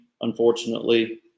Unfortunately